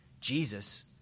Jesus